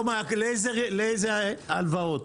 לאיזה הלוואות?